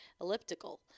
Elliptical